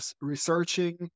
researching